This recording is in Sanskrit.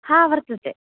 हा वर्तते